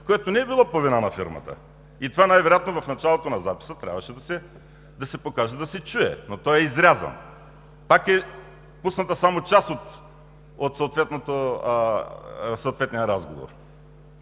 което не е било по вина на фирмата. Това най-вероятно в началото на записа трябваше да се покаже и да се чуе, но то е изрязано. Пак е пусната само част от съответния разговор.